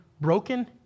Broken